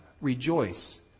Rejoice